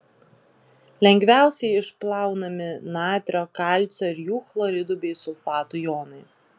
lengviausiai išplaunami natrio kalcio ir jų chloridų bei sulfatų jonai